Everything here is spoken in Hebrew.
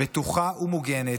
בטוחה ומוגנת,